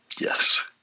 Yes